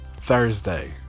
Thursday